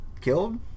killed